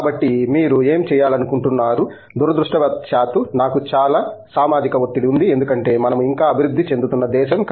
కాబట్టి మీరు ఏమి చేయాలనుకుంటున్నారు దురదృష్టవశాత్తు నాకు చాలా సామాజిక ఒత్తిడి ఉంది ఎందుకంటే మనము ఇంకా అభివృద్ధి చెందుతున్న దేశం